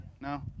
No